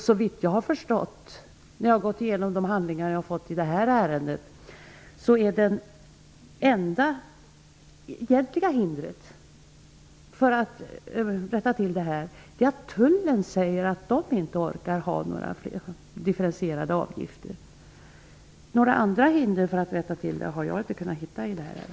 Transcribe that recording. Såvitt jag har förstått, när jag har gått igenom de handlingar som jag har fått i detta ärende, är det enda egentliga hindret för att man skall kunna rätta till detta att Tullen förklarar att den inte orkar med flera differentierade avgifter. Några andra hinder har jag inte kunnat hitta i detta ärende.